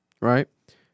right